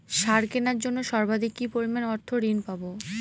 সার কেনার জন্য সর্বাধিক কি পরিমাণ অর্থ ঋণ পাব?